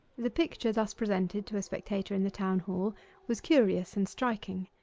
the picture thus presented to a spectator in the town hall was curious and striking.